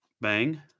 Bang